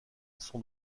sont